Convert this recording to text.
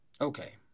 Okay